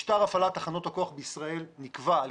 משטר הפעלת תחנות הכוח בישראל נקבע על